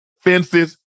Fences